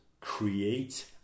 create